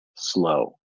slow